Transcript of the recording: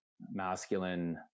masculine